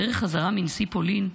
בדרך חזרה מנשיא פולין,